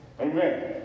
Amen